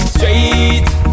Straight